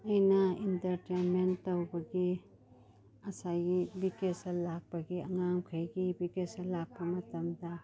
ꯑꯩꯅ ꯏꯟꯇꯔꯇꯦꯟꯃꯦꯟ ꯇꯧꯕꯒꯤ ꯉꯁꯥꯏꯒꯤ ꯕꯦꯀꯦꯁꯟ ꯂꯥꯛꯄꯒꯤ ꯑꯉꯥꯡꯈꯩꯒꯤ ꯕꯦꯀꯦꯁꯟ ꯂꯥꯛꯄ ꯃꯇꯝꯗ